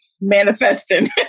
manifesting